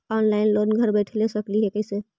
Online loan घर बैठे ले सकली हे, कैसे?